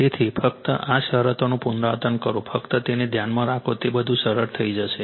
તેથી ફક્ત આ શરતોનું પુનરાવર્તન કરો ફક્ત તેને ધ્યાનમાં રાખો તો બધું સરળ થઈ જશે